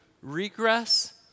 regress